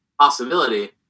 possibility